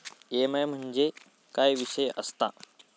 EMI म्हणजे काय विषय आसता?